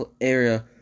area